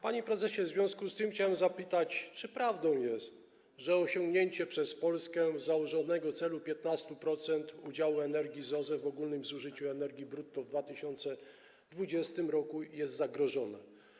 Panie prezesie, w związku z tym chciałbym zapytać, czy prawdą jest, że osiągnięcie przez Polskę założonego celu 15-procentowego udziału energii z OZE w ogólnym zużyciu energii brutto w 2020 r. jest zagrożone.